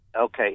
Okay